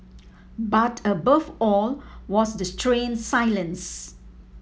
but above all was the strange silence